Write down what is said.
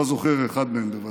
אתה זוכר אחד מהם בוודאי.